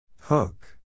Hook